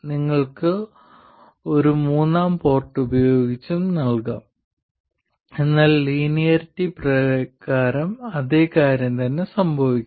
നിങ്ങൾക്ക് ഒരു മൂന്നാം പോർട്ട് ഉപയോഗിച്ച് നൽകാം എന്നാൽ ലീനിയറിറ്റി പ്രകാരം അതേ കാര്യം തന്നെ സംഭവിക്കും